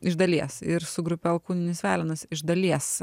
iš dalies ir su grupe alkūninis velenas iš dalies